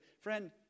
friend